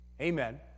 Amen